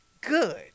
good